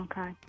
Okay